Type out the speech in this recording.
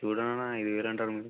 చూడండన్నా ఐదు వేలు అంటే